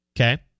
Okay